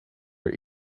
were